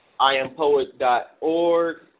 iampoet.org